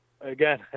again